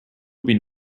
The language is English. will